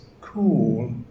cool